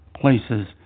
places